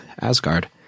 Asgard